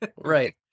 Right